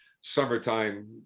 summertime